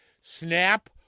Snap